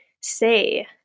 say